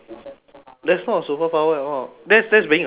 that's not a superpower at all that's that's being a slave